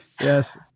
Yes